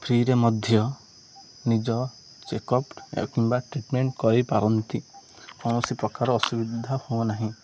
ଫ୍ରିରେ ମଧ୍ୟ ନିଜ ଚେକ୍ ଅପ୍ କିମ୍ବା ଟ୍ରିଟମେଣ୍ଟ କରିପାରନ୍ତି କୌଣସି ପ୍ରକାର ଅସୁବିଧା ହଉନାହିଁ